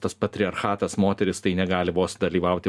tas patriarchatas moterys tai negali vos dalyvauti